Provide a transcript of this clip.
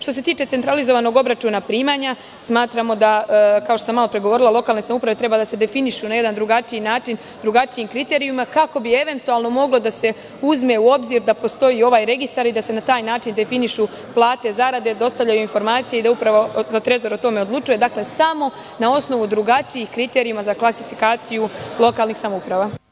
Što se tiče centralizovanog obračuna primanja, smatramo da lokalne samouprave treba da se definišu na jedan drugačiji način, drugačijim kriterijumima kako bi moglo da se uzme u obzir da postoji ovaj registar i da se na taj način definišu plate, zarade, dostavljaju informacije i da Trezor o tome odlučuje, samo na osnovu drugačijih kriterijuma za klasifikaciju lokalnih samouprava.